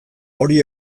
hori